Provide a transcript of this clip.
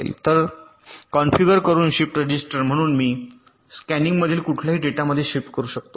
तर कॉन्फिगर करून shift register म्हणून मी स्कॅनिनमधील कुठल्याही डेटामध्ये शिफ्ट करू शकतो